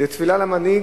זו תפילה למנהיג,